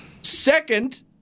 Second